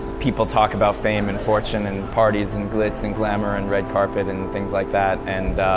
people talk about fame, and fortune, and parties, and glitz, and glamour, and red carpet, and things like that, and